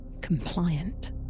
compliant